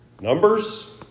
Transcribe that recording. numbers